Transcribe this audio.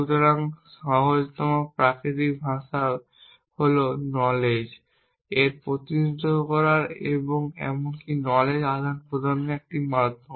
সুতরাং সহজতম প্রাকৃতিক ভাষা প্রাকৃতিক ভাষা হল নলেজ এর প্রতিনিধিত্ব করার এবং এমনকি নলেজ আদান প্রদানের একটি মাধ্যম